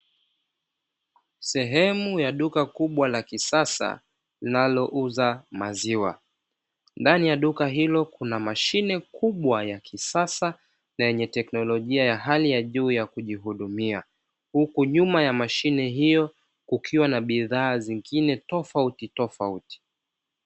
Sehemu ya duka kubwa la kisasa linalouza maziwa. Ndani ya duka hilo, kuna mashine kubwa ya kisasa, na yenye teknolojia ya hali ya juu ya kujihudumia, huku nyuma ya mashine hiyo kukiwa na bidhaa zingine tofautitofauti.